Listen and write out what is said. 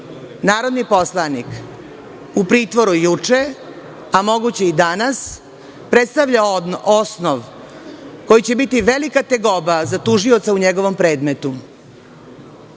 narodni poslanik u pritvoru juče, a moguće i danas, predstavlja osnov koji će biti velika tegoba za tužioca u njegovom predmetu.